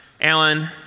Alan